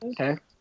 Okay